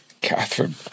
Catherine